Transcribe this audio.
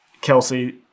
Kelsey